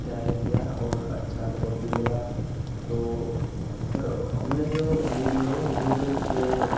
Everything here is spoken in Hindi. किया नहीं क्या और अच्छा अनुभव भी मिला तो फ़िर हमने जो वीडियो यूट्यूब पर